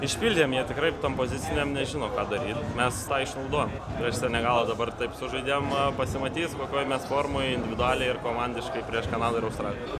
išpildėm jie tikrai tam poziciniam nežino ką daryt mes tą išnaudojom prieš senegalą dabar taip sužaidėm pasimatys kokioj mes formoj individualiai ir komandiškai prieš kanadą ir australiją